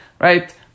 right